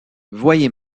voyez